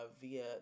via